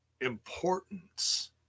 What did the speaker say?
importance